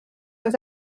oes